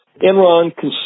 Enron